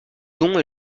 don